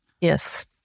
Yes